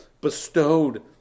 bestowed